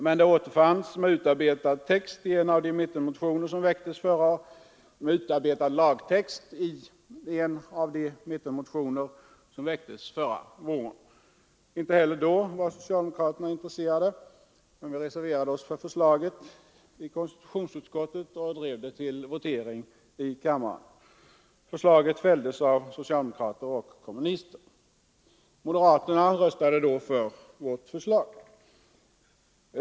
Men det återfanns med utarbetad lagtext i en av de mittenmotioner som väcktes förra våren. Inte heller då var socialdemokraterna intresserade, men vi reserverade oss för förslaget i konstitutionsutskottet och drev det till votering i kammaren. Förslaget fälldes där av socialdemokrater och kommunister. Moderaterna röstade då för vårt förslag.